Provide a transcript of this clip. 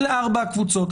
אלה ארבע הקבוצות.